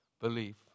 belief